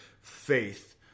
faith